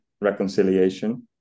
reconciliation